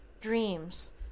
dreams